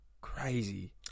crazy